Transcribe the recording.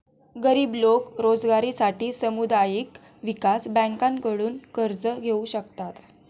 गरीब लोक रोजगारासाठी सामुदायिक विकास बँकांकडून कर्ज घेऊ शकतात